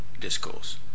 discourse